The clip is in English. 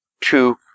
two